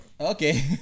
Okay